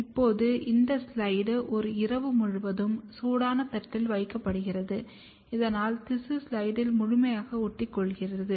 இப்போது இந்த ஸ்லைடு ஒரு இரவு முழுதும் சூடான தட்டில் வைக்கப்படுகிறது இதனால் திசு ஸ்லைடில் முழுமையாக ஒட்டிக்கொண்டிருக்கும்